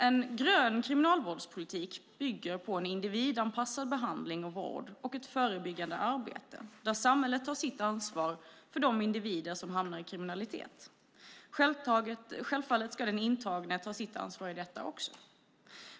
En grön kriminalvårdspolitik bygger på en individanpassad behandling och vård och ett förebyggande arbete där samhället tar sitt ansvar för de individer som hamnar i kriminalitet. Självfallet ska den intagne också ta sitt ansvar i detta.